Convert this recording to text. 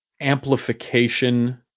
amplification